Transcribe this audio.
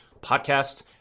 podcasts